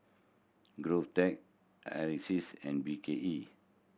GovTech Acres and B K E